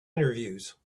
interviews